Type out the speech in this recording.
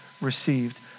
received